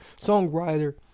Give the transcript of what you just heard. songwriter